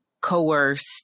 coerced